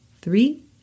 three